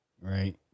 right